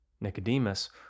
Nicodemus